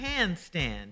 handstand